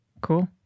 Cool